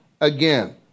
again